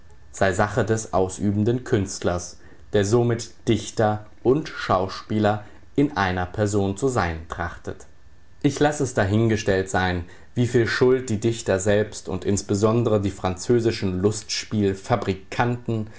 sei sache des ausübenden künstlers der somit dichter und schauspieler in einer person zu sein trachtet ich laß es dahingestellt sein wieviel schuld die dichter selbst und insbesondere die französischen lustspielfabrikanten